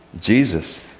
Jesus